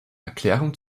erklärung